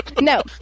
No